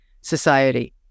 Society